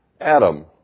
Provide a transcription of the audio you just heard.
Adam